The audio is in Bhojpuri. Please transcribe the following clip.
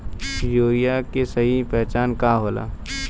यूरिया के सही पहचान का होला?